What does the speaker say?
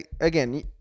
Again